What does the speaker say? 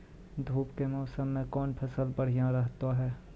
धूप के मौसम मे कौन फसल बढ़िया रहतै हैं?